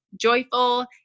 joyful